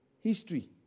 History